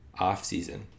offseason